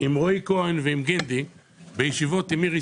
עם רועי כהן ועם גינדי בישיבות עם מירי